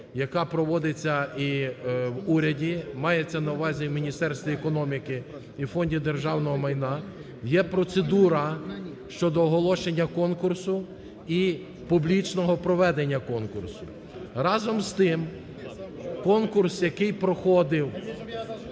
яка проводиться і в уряді, мається на увазі в Міністерстві економіки і Фонді державного майна, є процедура щодо оголошення конкурсу і публічного проведення конкурсу. Разом з тим, конкурс, який проходив